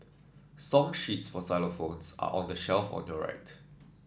song sheets for xylophones are on the shelf on your right